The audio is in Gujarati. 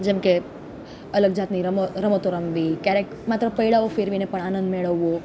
જેમ કે અલગ જાતની રમતો રમવી ક્યારેક માત્ર પૈંડાઓ ફેરવીને પણ આનંદ મેળવવો